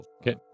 Okay